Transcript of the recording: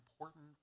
important